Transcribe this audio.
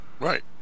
Right